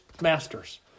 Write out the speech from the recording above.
masters